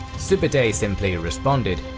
sube'etei simply responded,